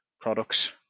products